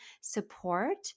support